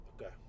okay